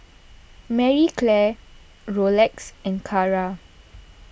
Marie Claire Rolex and Kara